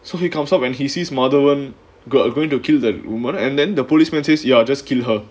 so he comes up when he sees madhavan going to kill the woman and then the policemen says you are just kill her